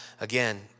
again